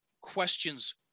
questions